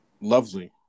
lovely